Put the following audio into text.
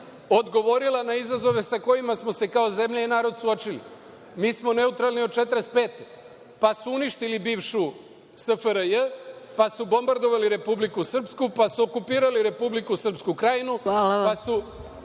odgovorila na izazove sa kojima smo se kao zemlja i narod suočili. Mi smo neutralni od 1945. godine, pa su uništili bivšu SFRJ, pa su bombardovali Republiku Srpsku, pa su okupirali Republiku Srpsku Krajnu.